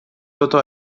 دوتا